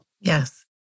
Yes